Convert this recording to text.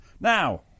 now